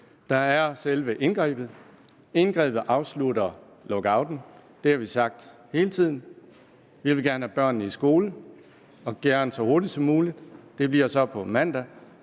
er der selve indgrebet. Indgrebet afslutter lockouten. Vi har hele tiden sagt, at vi gerne vil have børnene i skole og gerne så hurtigt som muligt – det bliver så på mandag